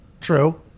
true